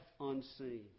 unseen